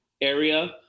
area